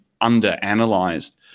under-analyzed